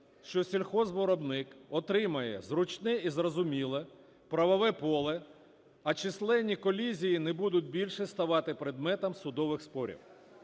що сільгоспвиробник отримує зручне і зрозуміле правове поле, а численні колізії не будуть більше ставати предметом судових спорів.